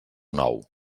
nou